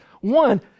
One